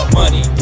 money